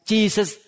Jesus